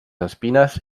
espines